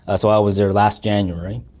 ah so i was there last january,